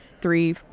three